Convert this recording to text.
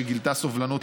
שגילתה סבלנות,